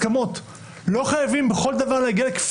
משהו ברפורמה שאנחנו עושים שימנע חלילה מבית המשפט העליון לתת פסקי